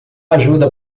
ajuda